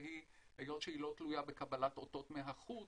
והיות שהיא לא תלויה בקבלת אותו מהחוץ,